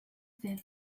zen